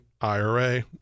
IRA